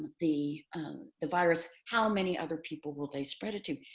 the the virus, how many other people will they spread it to?